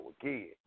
again